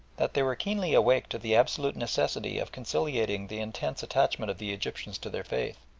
that they were keenly awake to the absolute necessity of conciliating the intense attachment of the egyptians to their faith,